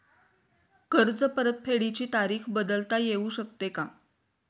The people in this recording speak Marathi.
कर्ज परतफेडीची तारीख बदलता येऊ शकते का?